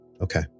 Okay